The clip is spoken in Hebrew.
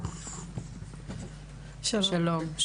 שלום.